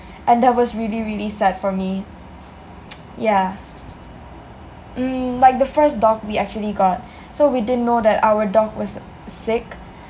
and that was really really sad for me yah mm the first dog we actually got so we didn't know that our dog was sick